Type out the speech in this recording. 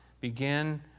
begin